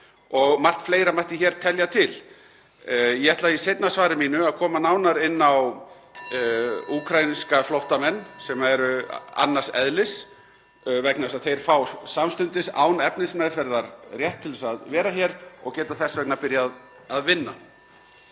og margt fleira mætti hér telja til. Ég ætla í seinna svari mínu að koma nánar inn á (Forseti hringir.) úkraínska flóttamenn sem eru annars eðlis vegna þess að þeir fá samstundis án efnismeðferðar rétt til að vera hér og geta þess vegna byrjað að vinna.